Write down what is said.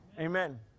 amen